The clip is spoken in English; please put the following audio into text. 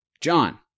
john